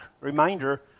reminder